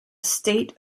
state